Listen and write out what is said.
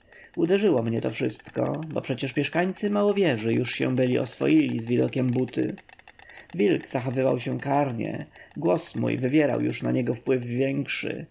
uderzyło mnie to wszystko bo przecież mieszkańcy małowieży już się byli oswoili z widokiem buty wilk zachowywał się karnie głos mój wywierał już na niego wpływ większy